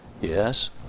yes